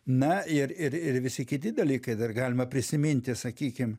na ir ir ir visi kiti dalykai dar galima prisiminti sakykim